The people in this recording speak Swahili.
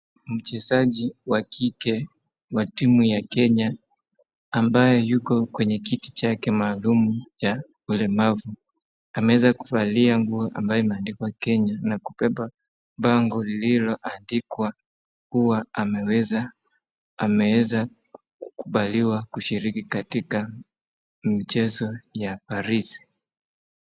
Mchezaji wa kike wa timu ya Kenya ambaye yuko kwenye kiti chake maalum cha ulemvu. Ameweza kuvalia nguo ambayo imeandikwa Kenya na kubeba bango lililoandikwa kuwa ameweza, ameeza kukubaliwa kushiriki katika mchezo ya Paris.